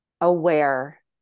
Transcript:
aware